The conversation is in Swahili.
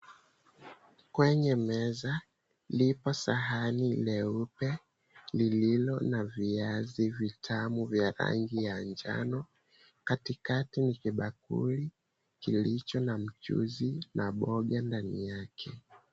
Kwenye meza, lipo sahani leupe lililo na viazi vitamu vya rangi ya njano. katikati ni kibakuli kilicho na mchuzi na mboga ndani yake.